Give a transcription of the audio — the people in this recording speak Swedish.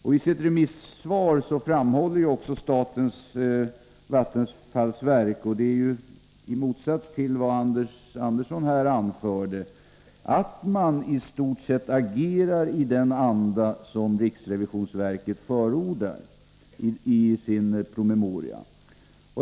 I sitt remissvar framhåller också vattenfallsverket — och det står i motsats till vad Anders Andersson tidigare anförde — att man i stort sett agerar i den anda som riksrevisionsverket förordar i sin promemoria.